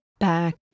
Back